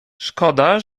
szkoda